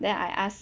then I ask